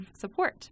support